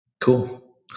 Cool